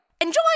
Enjoy